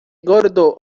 gordo